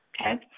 okay